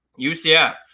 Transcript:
UCF